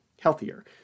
healthier